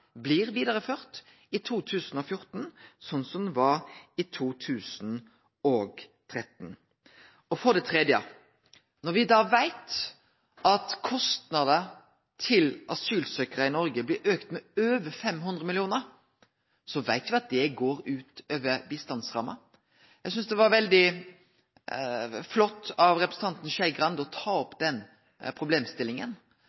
blir vidareførte i 2014, slik som det var i 2013. For det tredje: Når me da veit at kostnader til asylsøkjarar i Noreg blir auka med over 500 mill. kr, så veit me at det går ut over bistandsramma. Eg syntest det var veldig flott av representanten Skei Grande å ta